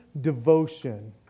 devotion